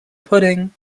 pudding